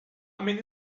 many